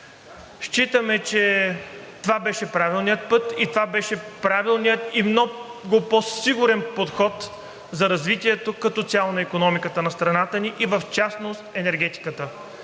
Считаме, че това беше правилният път и това беше правилният и много по-сигурен подход за развитието като цяло на икономиката на страната ни и в частност енергетиката.